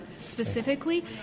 specifically